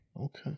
Okay